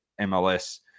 MLS